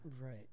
Right